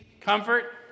comfort